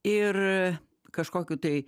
ir kažkokių tai